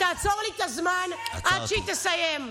תעצור לי את הזמן עד שהיא תסיים.